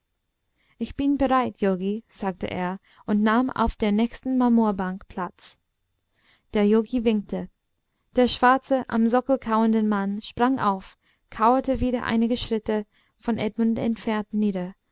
ich bin bereit yogi sagte er und nahm auf der nächsten marmorbank platz der yogi winkte der schwarze am sockel kauernde mann sprang auf kauerte wieder einige schritte von edmund entfernt nieder